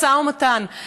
משא ומתן?